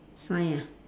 sign ah